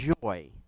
joy